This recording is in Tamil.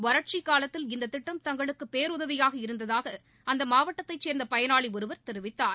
வறட்சிக்காலத்தில் இந்ததிட்டம் தங்களுக்கு பேருதவியாக இருந்ததாக அந்த மாவட்டத்தை சேர்ந்த பயனாளி ஒருவர் தெரிவித்தார்